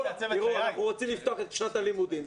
אנחנו רוצים לפתוח את שנת הלימודים.